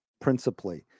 principally